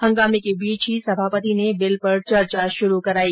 हंगामे के बीच ही सभापति ने बिल पर चर्चा शुरू कराई